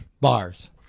Bars